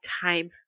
time